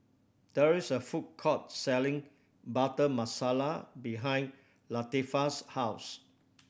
there is a food court selling Butter Masala behind Latifah's house